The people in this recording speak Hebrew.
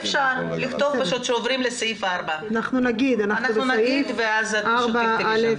אפשר לכתוב שעוברים לתקנה 4. תודה,